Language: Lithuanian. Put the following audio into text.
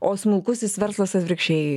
o smulkusis verslas atvirkščiai